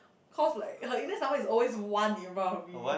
cause like her index number is always one in front of me